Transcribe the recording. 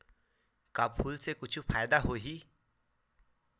का फूल से कुछु फ़ायदा होही?